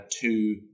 two